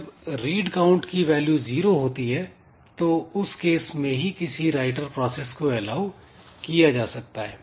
जब "read count" की value zero होती है तो उस केस में ही किसी राइटर प्रोसेस को एलाऊ किया जा सकता है